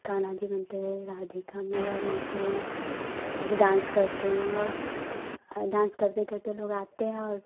कान्हा जी बनते हैं राधिका मैया बनते हैं और लोग डान्स करते हैं और और डान्स करते करते लोग आते हैं और